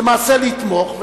למעשה לתמוך,